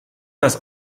das